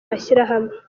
mashyirahamwe